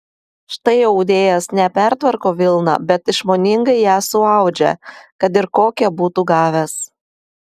štai audėjas ne pertvarko vilną bet išmoningai ją suaudžia kad ir kokią būtų gavęs